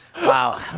Wow